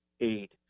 eight